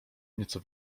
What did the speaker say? nieco